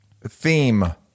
theme